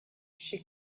she